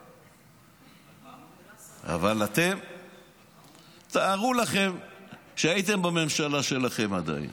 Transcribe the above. תארו לכם שהייתם בממשלה שלכם עדיין,